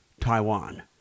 Taiwan